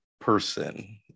person